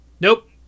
nope